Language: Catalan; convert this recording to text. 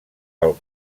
pel